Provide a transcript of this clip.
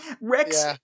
Rex